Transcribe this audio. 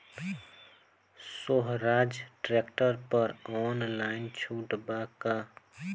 सोहराज tractor पर online छूट बा का?